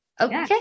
Okay